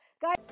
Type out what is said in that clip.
guys